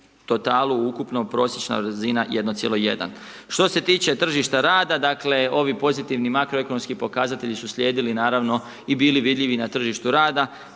totalu ukupna prosječna razina 1,1. Što se tiče tržišta rada, dakle, ovi pozitivni makroekonomski pokazatelji su slijedili, naravno i bili vidljivi na tržištu rada,